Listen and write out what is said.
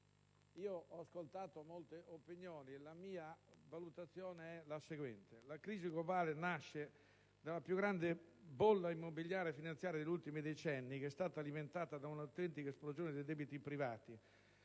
ho ascoltato molte opinioni; la mia valutazione è che la crisi globale nasce dalla più grande bolla immobiliare finanziaria degli ultimi decenni, che è stata alimentata da un'autentica esplosione dei debiti privati.